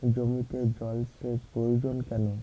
জমিতে জল সেচ প্রয়োজন কেন?